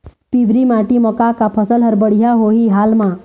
पिवरी माटी म का का फसल हर बढ़िया होही हाल मा?